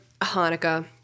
Hanukkah